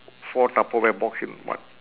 four tupperware box in one